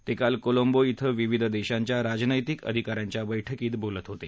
ते काल कोलंबो क्वें विविध देशांच्या राजनैतिक आधिकाऱ्यांच्या बैठकीत बोलत होते